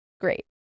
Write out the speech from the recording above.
great